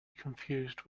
confused